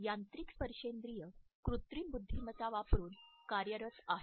यांत्रिक स्पर्शेंद्रिय कृत्रिम बुद्धिमत्ता वापरून कार्यरत आहे